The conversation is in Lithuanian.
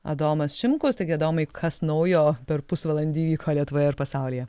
adomas šimkus taigi adomai kas naujo per pusvalandį įvyko lietuvoje ir pasaulyje